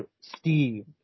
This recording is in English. Steve